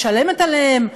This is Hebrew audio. משלמת עליהן,